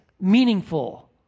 meaningful